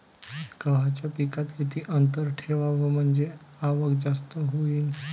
गव्हाच्या पिकात किती अंतर ठेवाव म्हनजे आवक जास्त होईन?